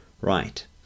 right